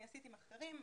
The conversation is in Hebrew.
אני עשיתי מחקרים.